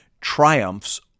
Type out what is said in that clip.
triumphs